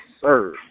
sir